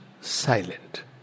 silent